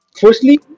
firstly